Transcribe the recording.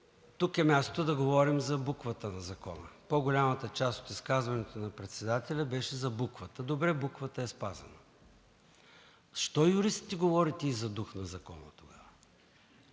тук е мястото да говорим за буквата на закона. По-голямата част от изказването на председателя беше за буквата. Добре, буквата е спазена. Защо юристите говорите и за дух на закона?